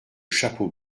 chapeau